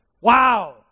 Wow